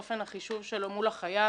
אופן החישוב שלו מול החייב.